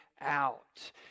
out